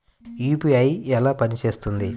UPI ఎలా పనిచేస్తుంది?